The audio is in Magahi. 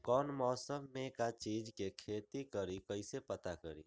कौन मौसम में का चीज़ के खेती करी कईसे पता करी?